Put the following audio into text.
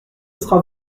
sera